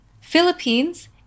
Philippines